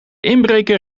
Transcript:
inbreker